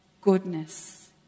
goodness